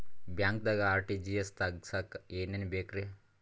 ಬ್ಯಾಂಕ್ದಾಗ ಆರ್.ಟಿ.ಜಿ.ಎಸ್ ತಗ್ಸಾಕ್ ಏನೇನ್ ಬೇಕ್ರಿ?